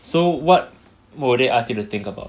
so what will they ask you to think about